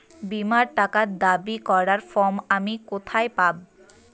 বীমার টাকা দাবি করার ফর্ম আমি কোথায় পাব?